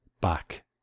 Back